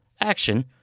action